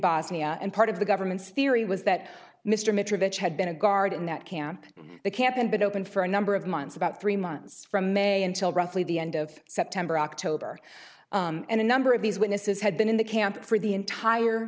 bosnia and part of the government's theory was that mr mitrovica had been a guard in that camp the camp and been open for a number of months about three months from may until roughly the end of september october and a number of these witnesses had been in the camp for the entire